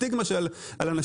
הסטיגמה על אנשים.